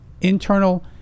internal